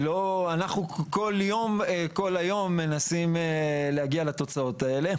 אנחנו כל יום, כל היום מנסים להגיע לתוצאות האלה.